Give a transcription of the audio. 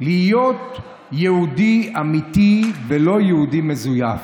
להיות יהודי אמיתי ולא יהודי מזויף,